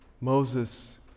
Moses